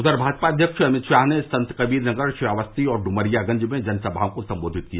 उधर भाजपा अध्यक्ष अमित शाह ने संतकबीर नगर श्रावस्ती ड्मरियागंज में जनसभाओं को संबोधित किया